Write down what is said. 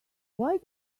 why